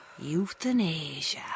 Euthanasia